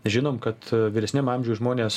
žinom kad vyresniam amžiuj žmonės